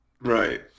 Right